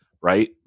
Right